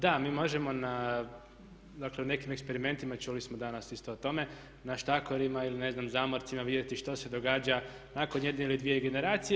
Da, mi možemo na, dakle u nekim eksperimentima čuli smo danas isto o tome na štakorima ili ne znam zamorcima vidjeti što se događa nakon jedne ili dvije generacije.